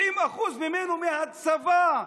70% ממנו מהצבא.